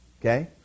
Okay